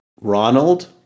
Ronald